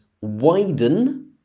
Widen